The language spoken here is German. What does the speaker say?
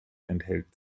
enthält